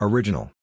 Original